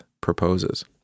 proposes